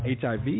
HIV